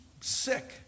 sick